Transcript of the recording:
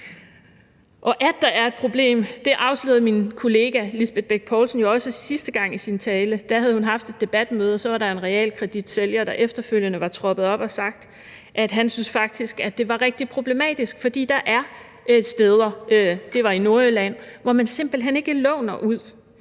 At der er et problem, afslørede min kollega Lisbeth Lisbeth Bech Poulsen jo også sidste gang i sin tale. Hun havde haft et debatmøde, og så var der en realkreditsælger, der efterfølgende var troppet op og havde sagt, at han syntes, det var rigtig problematisk, fordi der faktisk er steder, det var i Nordjylland, hvor man simpelt hen ikke låner ud.